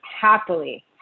happily